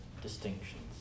distinctions